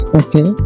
okay